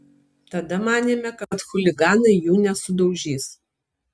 tada manėme kad chuliganai jų nesudaužys